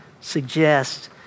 suggest